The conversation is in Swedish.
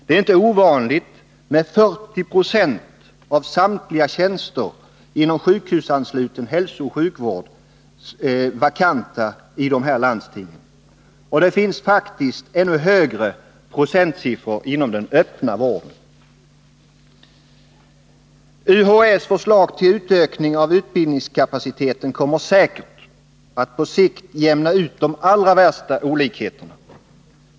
Det är inte ovanligt att 40 26 av samtliga tjänster inom | sjukhusansluten hälsooch sjukvård är vakanta i de landstingen. Det finns faktiskt ännu högre procentsiffror inom den öppna vården. UHÄ:s förslag till utökning av utbildningskapaciteten kommer säkert att på sikt jämna ut de allra största olikheterna.